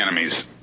enemies